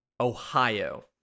Ohio